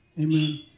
Amen